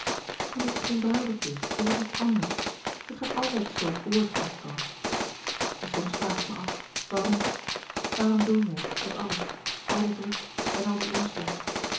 en als het geen bruiloft is is het iets anders het gaat altijd zoo voort constance en soms vraag ik me af waarom waarom doen we het dat alles al die drukte en al dien omslag